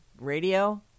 radio